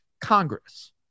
Congress